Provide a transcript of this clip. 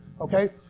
Okay